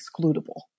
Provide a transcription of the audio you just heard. excludable